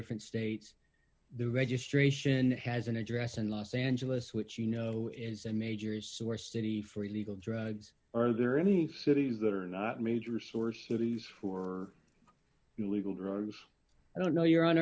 different states the registration has an address in los angeles which you know is a major source city for illegal drugs are there any cities that are not major source of these for illegal drugs i don't know your hon